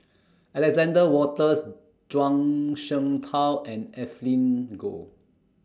Alexander Wolters Zhuang Shengtao and Evelyn Goh